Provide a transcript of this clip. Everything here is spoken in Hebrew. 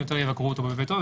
יותר יבקרו אותו בביתו,